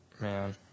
Man